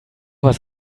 was